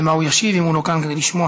על מה הוא ישיב אם הוא לא כאן כדי לשמוע.